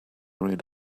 rid